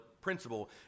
principle